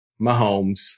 Mahomes